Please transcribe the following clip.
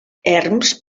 erms